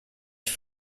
ich